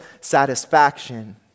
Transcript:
satisfaction